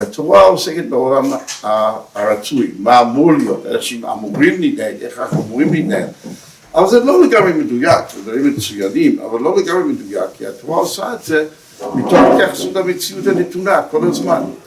התורה עוסקת בעולם הרצוי, מה אמור להיות, איך אנשים אמורים להתנהל, איך אנחנו אמורים להתנהל. אבל זה לא לגמרי מדויק, זה דברים מצוינים, אבל לא לגמרי מדויק כי התורה עושה את זה מתוך התייחסות למציאות הנתונה כל הזמן